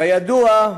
כידוע,